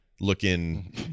looking